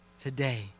Today